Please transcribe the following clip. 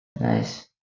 Nice